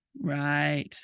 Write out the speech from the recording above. right